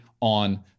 on